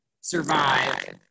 survive